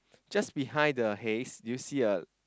just behind the haze do you see a